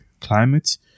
climate